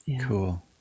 cool